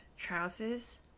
trousers